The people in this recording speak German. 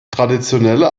traditionelle